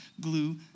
glue